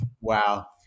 Wow